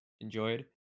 enjoyed